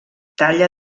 talla